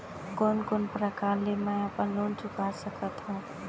कोन कोन प्रकार ले मैं अपन लोन चुका सकत हँव?